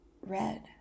red